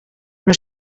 una